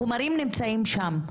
החומרים נמצאים שם,